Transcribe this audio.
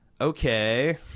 okay